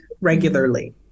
regularly